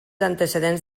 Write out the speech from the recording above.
antecedents